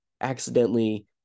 accidentally